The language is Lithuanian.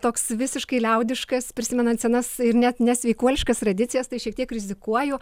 toks visiškai liaudiškas prisimenant senas ir net nesveikuoliškas tradicijas tai šiek tiek rizikuoju